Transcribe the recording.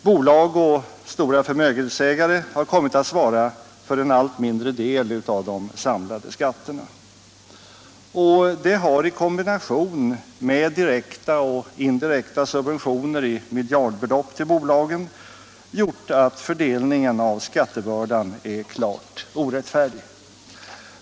Bolag och stora förmögenhetsägare har kommit att svara för en allt mindre del av de samlade skatterna. I kombination med direkta och indirekta subventioner på miljardbelopp till bolagen har detta gjort att fördelningen av skattebördan är klart orättfärdig.